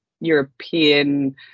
European